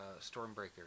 Stormbreaker